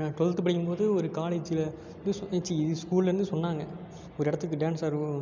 நான் டுவெல்த்து படிக்கும் போது ஒரு காலேஜில் வந்து இது ச்சீ இது ஸ்கூலிலேருந்து சொன்னாங்க ஒரு இடத்துக்கு டான்ஸ் ஆடுவோம்